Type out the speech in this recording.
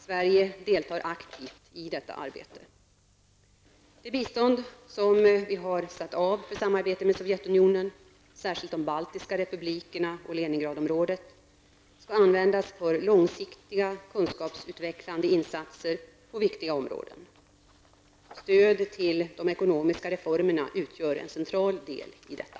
Sverige deltar aktivt i detta arbete. Det bistånd som vi har satt av för samarbete med Sovjetunionen, särskilt de baltiska republikerna och Leningradområdet, skall användas för långsiktiga kunskapsutvecklande insatser på viktiga områden. Stöd till de ekonomiska reformerna utgör en central del av detta.